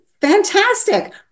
Fantastic